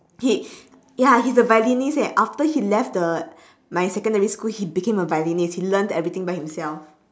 he ya he is a violinist eh after he left the my secondary school he became a violinist he learnt everything by himself